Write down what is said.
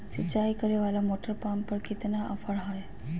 सिंचाई करे वाला मोटर पंप पर कितना ऑफर हाय?